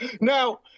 Now